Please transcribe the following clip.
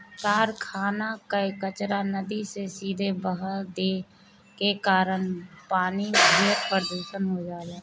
कारखाना कअ कचरा नदी में सीधे बहा देले के कारण पानी ढेर प्रदूषित हो जाला